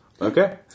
Okay